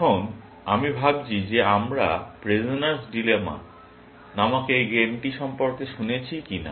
এখন আমি ভাবছি যে আমরা প্রিজনার্স ডিলেমাPrisoners Dilemma নামক এই গেমটি সম্পর্কে শুনেছি কিনা